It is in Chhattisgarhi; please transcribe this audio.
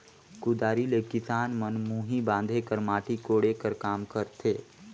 कुदारी ले किसान मन मुही बांधे कर, माटी कोड़े कर काम करथे